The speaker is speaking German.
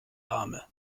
arme